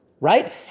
right